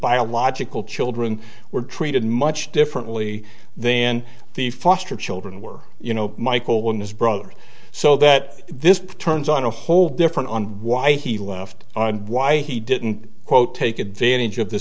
biological children were treated much differently then the foster children were you know michael when his brother so that this turns on a whole different on why he left why he didn't quote take advantage of the